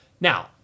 Now